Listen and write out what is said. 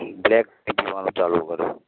black tea પીવાનું ચાલું કર્યું